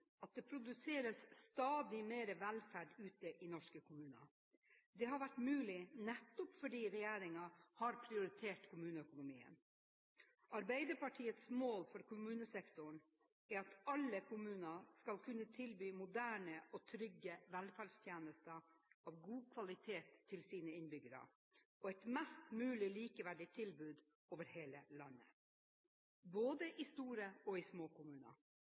at det produseres stadig mer velferd ute i norske kommuner. Det har vært mulig nettopp fordi regjeringen har prioritert kommuneøkonomien. Arbeiderpartiets mål for kommunesektoren er at alle kommuner skal kunne tilby moderne og trygge velferdstjenester av god kvalitet til sine innbyggere og et mest mulig likeverdig tilbud over hele landet, både i store og i små kommuner.